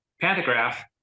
pantograph